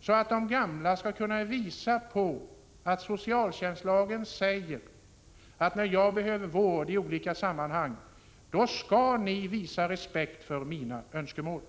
så att de gamla kan visa på ett stadgande i socialtjänstlagen som innebär: När jag behöver vård, då skall ni visa respekt för mina önskemål.